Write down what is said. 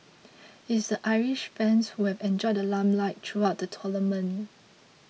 it's the Irish fans who have enjoyed the limelight throughout the tournament